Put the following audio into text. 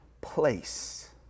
place